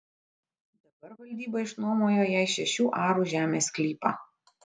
dabar valdyba išnuomojo jai šešių arų žemės sklypą